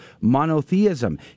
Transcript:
monotheism